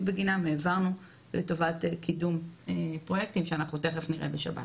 בגינם העברנו לטובת קידום פרויקטים שתכך נראה בשב"ס.